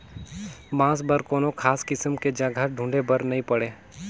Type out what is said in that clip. बांस बर कोनो खास किसम के जघा ढूंढे बर नई पड़े